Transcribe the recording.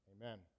Amen